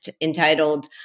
entitled –